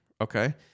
Okay